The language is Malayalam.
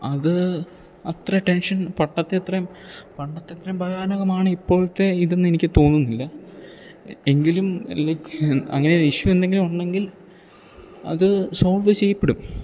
അത് അത്ര ടെൻഷൻ പണ്ടത്തെ അത്രയും പണ്ടത്തെ അത്രയും ഭയാനകമാണ് ഇപ്പോഴെത്തെ ഇത് എന്ന് എനിക്ക് തോന്നുന്നില്ല എങ്കിലും ലൈക്ക് അങ്ങനെ ഇഷ്യൂ എന്തെങ്കിലും ഉണ്ടെങ്കിൽ അത് സോൾവ് ചെയ്യപ്പെടും